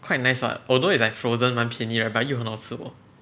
quite nice what although it's like frozen 蛮便宜 but 又很好吃 lor